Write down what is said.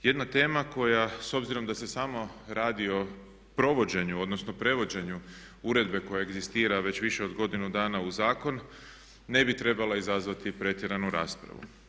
Jedna tema koja s obzirom da se samo radi o provođenju odnosno prevođenju uredbe koja egzistira već više od godinu dana u zakon ne bi trebala izazvati pretjeranu raspravu.